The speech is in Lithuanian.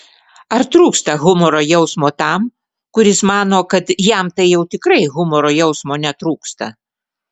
ar trūksta humoro jausmo tam kuris mano kad jam tai jau tikrai humoro jausmo netrūksta